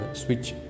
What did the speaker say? switch